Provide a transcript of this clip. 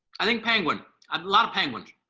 i think penguin and a lot of penguins.